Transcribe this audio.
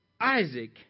Isaac